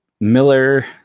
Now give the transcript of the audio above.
Miller